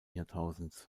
jahrtausends